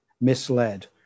misled